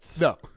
No